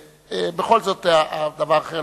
זה בכל זאת דבר אחר.